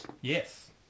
Yes